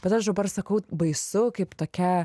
bet aš dabar sakau baisu kaip tokia